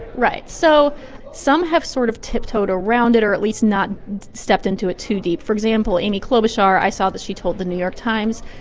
right. so some have sort of tiptoed around it or at least not stepped into it too deep. for example, amy klobuchar, i saw that she told the new york times,